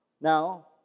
Now